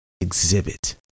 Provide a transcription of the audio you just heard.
exhibit